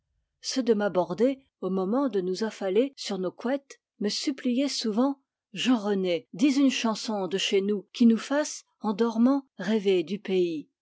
ceux de ma bordée au moment de nous affaler sur nos couettes me suppliaient souvent jean rené dis une chanson de chez nous qui nous fasse en dormant rêver du pays